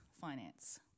finance